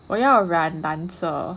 我要染蓝色